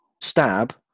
stab